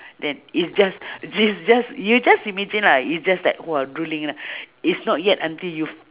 then it's just just just you just imagine lah it's just like !wah! drooling lah it's not yet until you